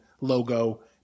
logo